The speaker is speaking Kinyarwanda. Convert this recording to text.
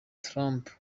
trump